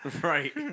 Right